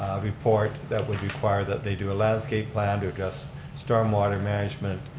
ah report that would require that they do a landscape plan to adjust stormwater management,